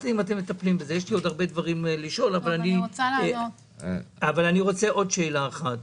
יש לי עוד הרבה דברים לשאול אבל אוסיף רק שאלה אחת: